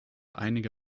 einige